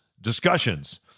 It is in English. discussions